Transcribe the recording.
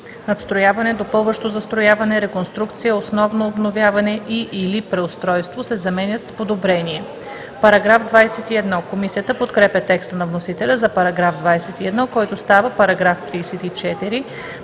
„надстрояване, допълващо застрояване, реконструкция, основно обновяване и/или преустройство” се заменят с „подобрение”. Комисията подкрепя текста на вносителя за § 21, който става § 34.